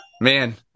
man